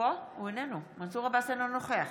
אינו נוכח